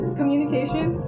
communication